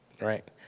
right